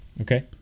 Okay